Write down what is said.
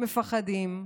מפחדים,